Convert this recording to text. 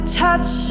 touch